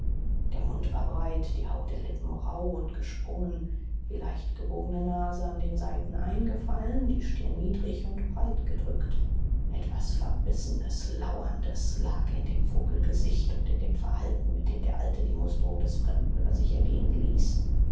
der mund war breit die haut der lippen rauh und gesprungen die leicht gebogene nase an den seiten eingefallen die stirn niedrig und breitgedrückt etwas verbissenes lauerndes lag in dem vogelgesicht und in dem verhalten mit dem der alte die musterung des fremden über sich ergehen ließ